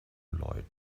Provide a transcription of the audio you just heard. läuten